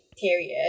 period